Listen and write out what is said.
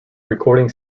recording